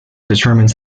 determines